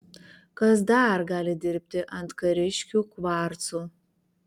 kas dar gali dirbti ant kariškių kvarcų